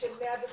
של 105